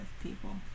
people